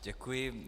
Děkuji.